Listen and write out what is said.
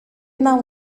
wnawn